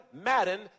Madden